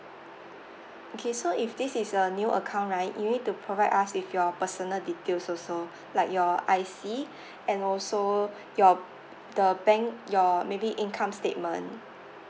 okay so if this is a new account right you need to provide us with your personal details also like your I_C and also your the bank your maybe income statement